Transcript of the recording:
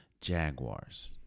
Jaguars